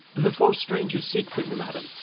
the four strangers seek for you, madam,